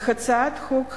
להצעת חוק הווד”לים,